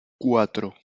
cuatro